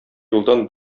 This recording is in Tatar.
юлдан